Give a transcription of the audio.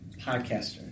podcaster